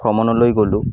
ভ্ৰমণলৈ গ'লোঁ